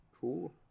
Cool